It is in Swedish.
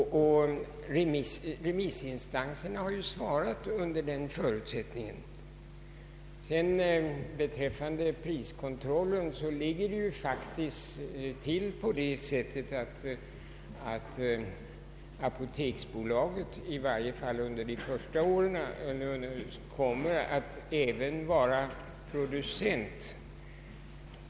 Remissinstanserna har svarat under den förutsättningen. Beträffande priskontrollen vill jag framhålla att apoteksbolaget i varje fall under de första åren även kommer att vara producent.